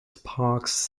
sparks